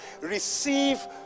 receive